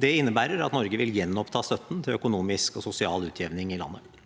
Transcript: Det innebærer at Norge vil gjenoppta støtten til økonomisk og sosial utjevning i landet.